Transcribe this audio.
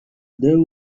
there